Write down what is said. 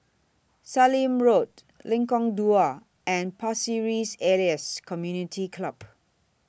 Sallim Road Lengkong Dua and Pasir Ris Elias Community Club